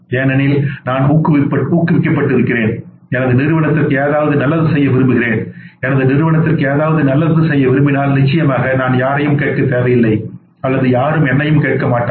ஏனெனில் நான் ஊக்குவிக்கப்பட்டு இருக்கிறேன் எனது நிறுவனத்திற்கு ஏதாவது நல்லது செய்ய விரும்புகிறேன் எனது நிறுவனத்திற்கு ஏதாவது நல்லது செய்ய விரும்பினால் நிச்சயமாக நான் யாரையும் கேட்கத் தேவையில்லை அல்லது யாரும் என்னையும் கேட்க மாட்டார்கள்